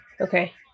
Okay